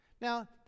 Now